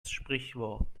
sprichwort